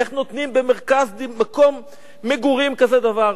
איך נותנים במקום מגורים כזה דבר?